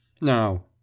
Now